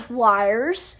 wires